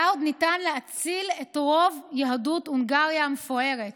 היה עוד ניתן להציל את רוב יהדות הונגריה המפוארת,